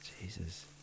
Jesus